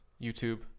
YouTube